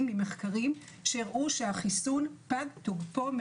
עם מחקרים שהראו שהחיסון פג תוקפו כלומר